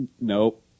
Nope